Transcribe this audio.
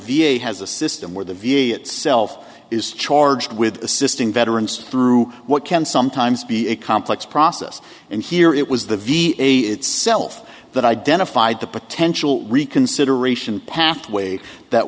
a has a system where the v a itself is charged with assisting veterans through what can sometimes be a complex process and here it was the v a itself that identified the potential reconsideration pathway that